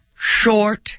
short